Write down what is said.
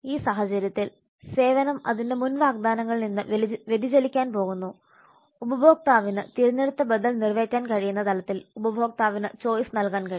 ഈ സാഹചര്യത്തിൽ സേവനം അതിന്റെ മുൻ വാഗ്ദാനങ്ങളിൽ നിന്ന് വ്യതിചലിക്കാൻ പോകുന്നു ഉപഭോക്താവിന് തിരഞ്ഞെടുത്ത ബദൽ നിറവേറ്റാൻ കഴിയുന്ന തരത്തിൽ ഉപഭോക്താവിന് ചോയ്സ് നൽകാൻ കഴിയും